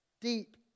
deep